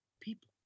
people